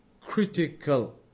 critical